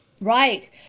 right